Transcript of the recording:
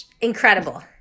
incredible